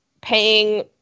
paying